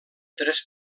tres